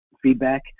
feedback